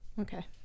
okay